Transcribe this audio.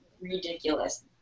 ridiculous